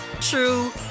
true